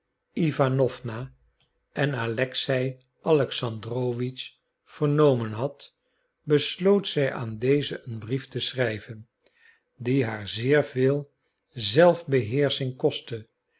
iwanowna en alexei alexandrowitsch vernomen had besloot zij aan deze een brief te schrijven die haar zeer veel zelfbeheersching kostte